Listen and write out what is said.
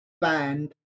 band